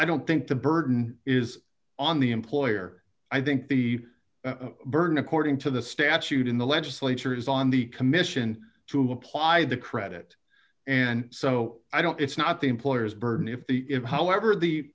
i don't think the burden is on the employer i think the burden according to the statute in the legislature is on the commission to apply the credit and so i don't it's not the employer's burden if the if however the